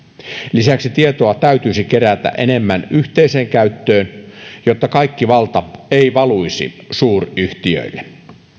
lisäksi tietoa täytyisi kerätä enemmän yhteiseen käyttöön jotta kaikki valta ei valuisi suuryhtiöille